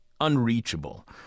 unreachable